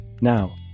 Now